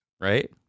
right